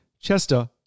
Chester